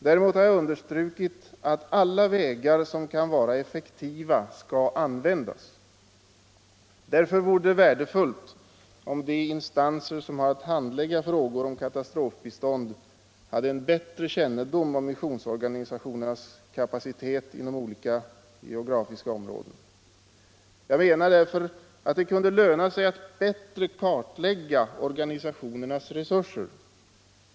Däremot har jag understrukit att alla vägar som kan vara effektiva skall användas. Därför vore det värdefullt om de instanser som har att handlägga frågor om katastrofbistånd hade en bättre kännedom om missionsorganisationernas kapacitet inom olika geografiska områden. Jag menar därför att det kunde löna sig att bättre kartlägga organisationernas resurser.